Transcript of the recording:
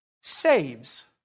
saves